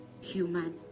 human